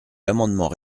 l’amendement